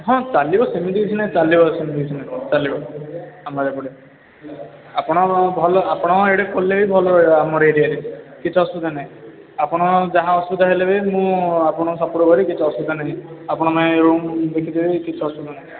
ହଁ ଚାଲିବ ସେମିତି କିଛି ନାହିଁ ଚାଲିବ ସେମିତି କିଛି ନାହିଁ ଚାଲିବ ଆମର ଏପଟେ ଆପଣ ଭଲ ଆପଣ ଏଇଠି ଖୋଲିଲେ ବି ଭଲ ରହିବ ଆମର ଏରିଆରେ କିଛି ଅସୁବିଧା ନାହିଁ ଆପଣ ଯାହା ଅସୁବିଧା ହେଲେ ବି ମୁଁ ଆପଣ ସପୋର୍ଟ କରିବି କିଛି ଅସୁବିଧା ନାହିଁ ଆପଣ ପାଇଁ ରୁମ ଦେଖିଦେବି କିଛି ଅସୁବିଧା ନାହିଁ